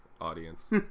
audience